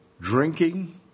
drinking